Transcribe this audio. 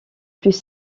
plus